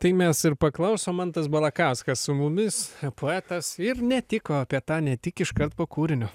tai mes ir paklausom mantas balakauskas su mumis poetas ir ne tik o apie tą ne tik iškart po kūrinio